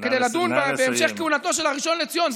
כדי לדון בהמשך כהונתו של הראשון לציון,